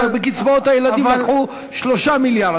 בקצבאות הילדים לקחו 3 מיליארד,